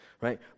Right